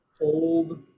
old